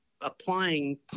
applying